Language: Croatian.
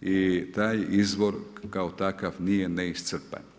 i taj izvor kao takav nije neiscrpan.